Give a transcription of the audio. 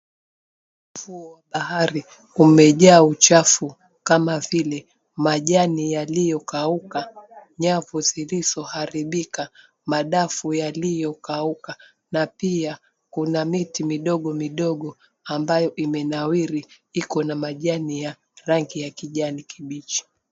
Ufuo wa bahari, kumejaa uchafu kama vile majani yaliyo kauka, nyavu zilizo haribika, madafu yaliyo kauka na pia kuna miti midogo midogo ambayo imenawiri. Iko na majani ya rangi ya kijani kibichi.